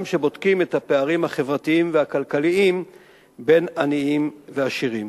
כשבודקים את הפערים החברתיים והכלכליים בין עניים לעשירים.